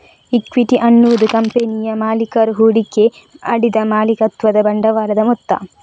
equity ಅನ್ನುದು ಕಂಪನಿಯ ಮಾಲೀಕರು ಹೂಡಿಕೆ ಮಾಡಿದ ಮಾಲೀಕತ್ವದ ಬಂಡವಾಳದ ಮೊತ್ತ